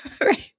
Right